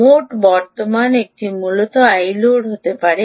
মোট বর্তমান এটি মূলত iload হতে পারে